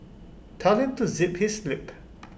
tell him to zip his lip